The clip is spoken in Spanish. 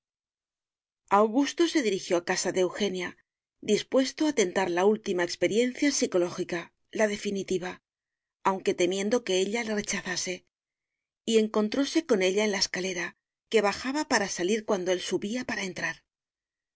augusto se dirigió a casa de eugenia dispuesto a tentar la última experiencia psicológica la definitiva aunque temiendo que ella le rechazase y encontróse con ella en la escalera que bajaba para salir cuando él subía para entrar